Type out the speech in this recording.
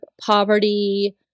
poverty